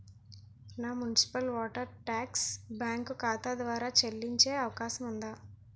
నా municipal water tax bank ఖాతా ద్వారా చెల్లించే అవకాశం ఉందా?